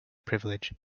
privilege